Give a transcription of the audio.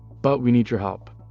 but we need your help!